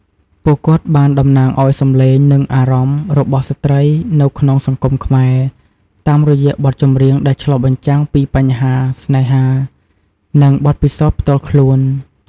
ពួកគាត់បានតំណាងឱ្យសំឡេង និងអារម្មណ៍របស់ស្ត្រីនៅក្នុងសង្គមខ្មែរ តាមរយៈបទចម្រៀងដែលឆ្លុះបញ្ចាំងពីបញ្ហា ស្នេហា និងបទពិសោធន៍ផ្ទាល់ខ្លួន។